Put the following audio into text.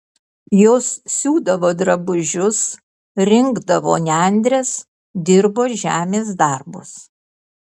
jos siūdavo drabužius rinkdavo nendres dirbo žemės darbus